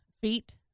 Feet